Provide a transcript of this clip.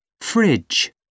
fridge